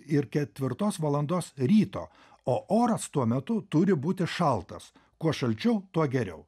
ir ketvirtos valandos ryto o oras tuo metu turi būti šaltas kuo šalčiau tuo geriau